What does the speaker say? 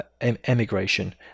emigration